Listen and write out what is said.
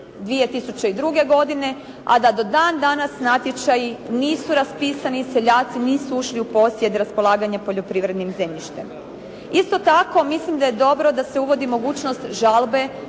2002. godine, a da do dan danas natječaji nisu raspisani, seljaci nisu ušli u posjed raspolaganja poljoprivrednim zemljištem. Isto tako mislim da je dobro da se uvodi mogućnost žalbe